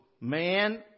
man